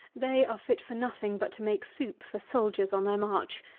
they are fit for nothing but to make soup for soldiers on their march,